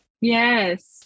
Yes